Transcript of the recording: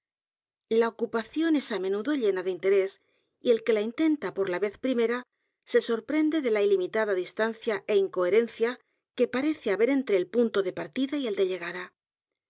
la ocupación es á menudo llena de i n t e r é s y el que la intenta por la vez primera se sorprende de la ilimitada d i s tancia é incoherencia que parece haber entre el punto de partida y el de llegada